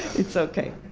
it's ok.